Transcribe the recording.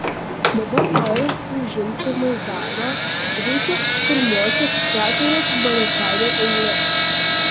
dabar norint užimti maidaną reikia šturmuoti keturias barikadų eiles